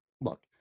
look